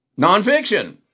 Nonfiction